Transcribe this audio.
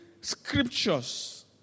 scriptures